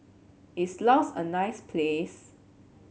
is Laos a nice place